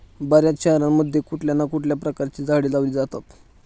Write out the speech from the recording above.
बर्याच शहरांमध्ये कुठल्या ना कुठल्या प्रकारची झाडे लावली जातात